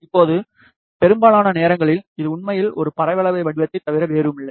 இப்போது பெரும்பாலான நேரங்களில் இது உண்மையில் ஒரு பரவளைய வடிவத்தைத் தவிர வேறில்லை